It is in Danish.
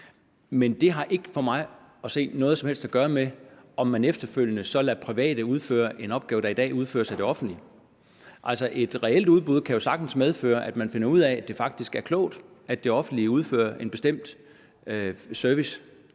Men det har ikke for mig at se noget som helst at gøre med, om man efterfølgende så lader private udføre en opgave, der i dag udføres af det offentlige. Altså, et reelt udbud kan jo sagtens medføre, at man finder ud af, at det faktisk er klogt, at det offentlige udfører en bestemt service